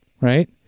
right